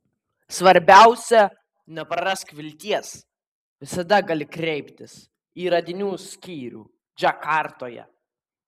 svarbiausia neprarask vilties visada gali kreiptis į radinių skyrių džakartoje